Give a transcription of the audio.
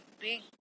big